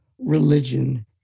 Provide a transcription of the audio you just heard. religion